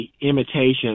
imitation